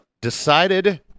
decided